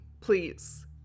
please